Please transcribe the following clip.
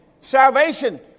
Salvation